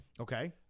Okay